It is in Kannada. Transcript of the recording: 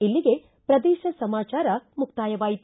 ಇಲ್ಲಿಗೆ ಪ್ರದೇಶ ಸಮಾಚಾರ ಮುಕ್ತಾಯವಾಯಿತು